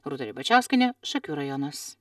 rūta ribačiauskienė šakių rajonas